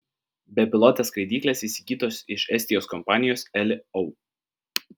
bepilotės skraidyklės įsigytos iš estijos kompanijos eli ou